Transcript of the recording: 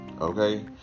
okay